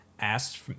asked